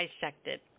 dissected